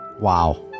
Wow